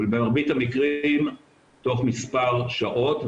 אבל במרבית המקרים תוך מספר שעות,